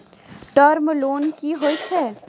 Term loan कि होय छै?